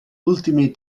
ultimate